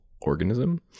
organism